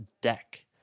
deck